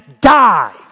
die